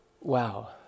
wow